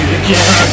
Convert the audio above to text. again